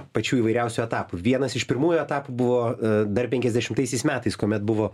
pačių įvairiausių etapų vienas iš pirmųjų etapų buvo dar penkiasdešimtaisiais metais kuomet buvo